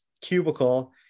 cubicle